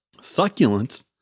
Succulents